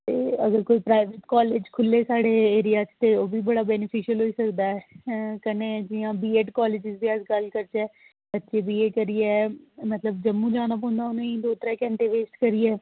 ते अगर कोई प्राईवेट कॉलेज खु'ल्लै साढ़े एरिया च ते ओह्बी बड़ा बैनिफिशयल होई सकदा ऐ ते कन्नै जियां बीएड कॉलेज दी गै गल्ल करचै मतलब बीए बीएससी करियै मतलब जम्मू जाना पौंदा उनेईं दौ त्रैऽ घैंटे वेस्ट करियै